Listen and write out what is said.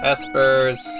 Espers